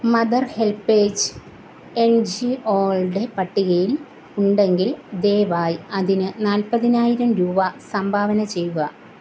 mother HelpAge എൻ ജി ഒകളുടെ പട്ടികയിൽ ഉണ്ടെങ്കിൽ ദയവായി അതിന് നാല്പതിനായിരം രൂപ സംഭാവന ചെയ്യുക